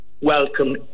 welcome